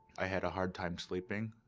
i had a hard time sleeping.